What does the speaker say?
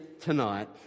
tonight